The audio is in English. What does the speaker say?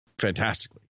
fantastically